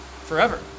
forever